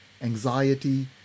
anxiety